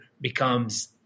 becomes